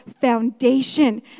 foundation